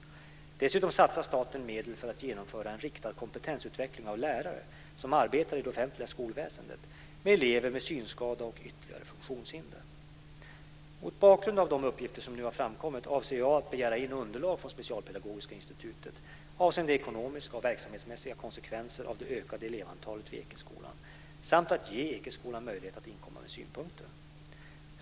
Dessutom satsar staten medel för att genomföra en riktad kompetensutveckling av lärare som arbetar i det offentliga skolväsendet med elever med synskada och ytterligare funktionshinder. Mot bakgrund av de uppgifter som nu har framkommit avser jag att begära in underlag från Specialpedagogiska institutet avseende ekonomiska och verksamhetsmässiga konsekvenser av det ökade elevantalet vid Ekeskolan samt att ge Ekeskolan möjlighet att inkomma med synpunkter.